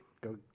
go